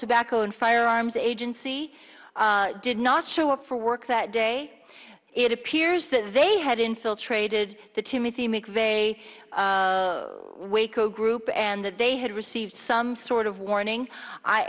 tobacco and firearms agency did not show up for work that day it appears that they had infiltrated the timothy mcveigh waco group and that they had received some sort of warning i